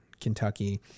kentucky